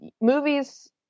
movies